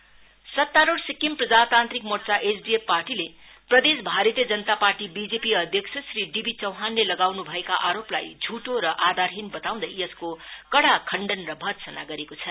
SDF सन्तारुढ़ सिक्किम प्रजातान्त्रिक मोर्चा एसडिएफ पार्टीले प्रदेश भारतीय जनता पार्टी बिजेपी अध्यक्ष श्री डिबिचौहानले लगाउनु भएका आरोपलाई झुठो र आधारहीन बनाउँदै यसको कड़ा खण्डन र भर्त्सना गरेको छ